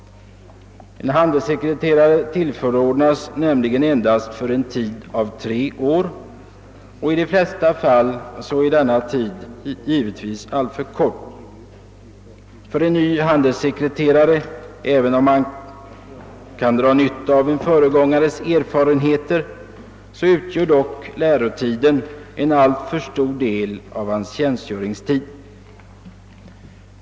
En handelssekreterare tillförordnas nämligen endast för en tid av tre år, och i de flesta fall är detta en alltför kort period. För en ny handelssekreterare utgör »lärotiden» — även om vederbörande kan dra nytta av en föregångares erfarenheter — en alltför stor del av tjänstgöringstiden.